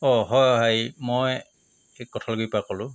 অঁ হয় মই এই কঠগুড়িৰ পা ক'লোঁ